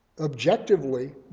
objectively